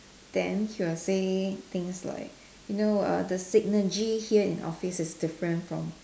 then she will say things like you know the synergy here in office is different from